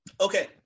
Okay